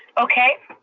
okay.